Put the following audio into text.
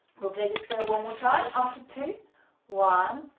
we'll play the scale one more time after two one,